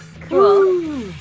cool